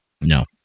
No